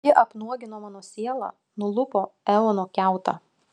ji apnuogino mano sielą nulupo eono kiautą